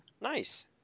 Nice